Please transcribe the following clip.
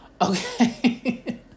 okay